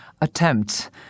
attempts